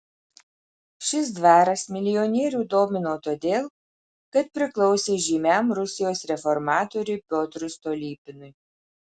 šis dvaras milijonierių domino todėl kad priklausė žymiam rusijos reformatoriui piotrui stolypinui